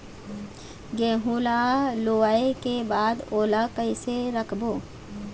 गेहूं ला लुवाऐ के बाद ओला कइसे राखबो?